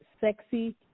Sexy